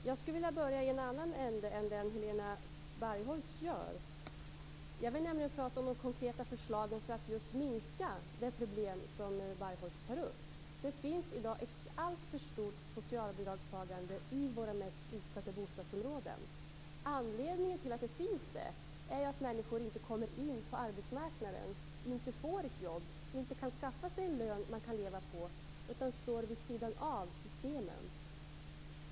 Fru talman! Jag vill börja i en annan ände än den som Helena Bargholtz började i. Jag vill prata om de konkreta förslag som finns för att just minska de problem som Helena Bargholtz tar upp. Det finns i dag ett alltför stort socialbidragstagande i de mest utsatta bostadsområdena. Anledningen är att människor inte kommer in på arbetsmarknaden, inte kan skaffa sig ett jobb med en lön som de kan leva på, utan de står vid sidan av systemen.